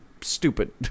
stupid